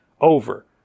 over